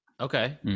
okay